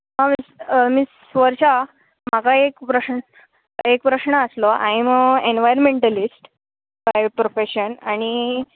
मीस miss Varsha म्हाका एक प्रस्न एक प्रस्न आसलो I'm a environmentalist by profession आनी